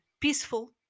peaceful